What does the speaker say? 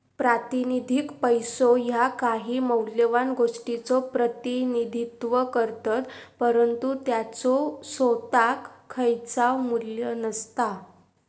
प्रातिनिधिक पैसो ह्या काही मौल्यवान गोष्टीचो प्रतिनिधित्व करतत, परंतु त्याचो सोताक खयचाव मू्ल्य नसता